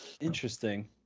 Interesting